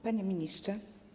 Panie Ministrze!